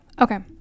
Okay